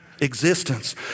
existence